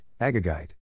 Agagite